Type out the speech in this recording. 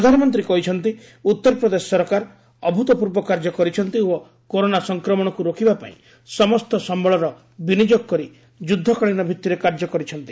ପ୍ରଧାନମନ୍ତ୍ରୀ କହିଛନ୍ତି ଉତ୍ତରପ୍ରଦେଶ ସରକାର ଅଭ୍ରୁତ୍ପର୍ବ କାର୍ଯ୍ୟ କରିଛନ୍ତି ଓ କରୋନା ସଂକ୍ରମଣକୁ ରୋକିବା ପାଇଁ ସମସ୍ତ ସମ୍ଭଳର ବିନିଯୋଗ କରି ଯୁଦ୍ଧକାଳୀନ ଭିତ୍ତିରେ କାର୍ଯ୍ୟ କରିଛନ୍ତି